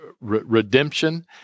redemption